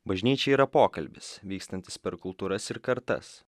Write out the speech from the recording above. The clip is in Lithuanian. bažnyčia yra pokalbis vykstantis per kultūras ir kartas